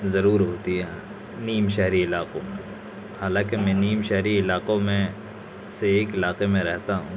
ضرور ہوتی ہے یہاں نیم شہری علاقوں میں حالانکہ میں نیم شہری علاقوں میں سے ایک علاقے میں رہتا ہوں